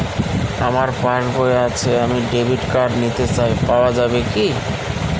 আমার পাসবই আছে আমি ডেবিট কার্ড নিতে চাই পাওয়া যাবে কি?